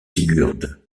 sigurd